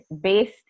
based